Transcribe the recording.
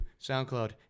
SoundCloud